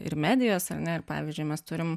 ir medijos ar ne ir pavyzdžiui mes turim